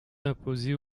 imposées